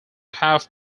half